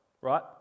right